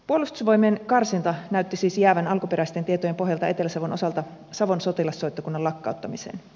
puolustusvoimien karsinta näytti siis jäävän alkuperäisten tietojen pohjalta etelä savon osalta savon sotilassoittokunnan lakkauttamiseen